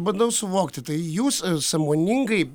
bandau suvokti tai jūs sąmoningai